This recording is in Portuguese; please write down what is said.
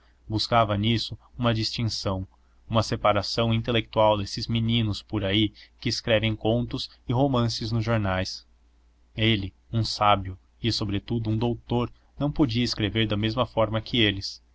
buscava nisto uma distinção uma separação intelectual desses meninos por aí que escrevem contos e romances nos jornais ele um sábio e sobretudo um doutor não podia escrever da mesma forma que eles